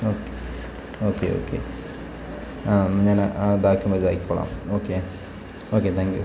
okay okay ആ എന്നാൽ ഞാൻ അത് ആക്കുമ്പം ഇതായിക്കോളാം ഓക്കെ ഓക്കെ താങ്ക് യു